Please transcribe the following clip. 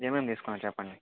ఏమేమి తీసుకున్నారు చెప్పండి